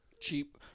cheap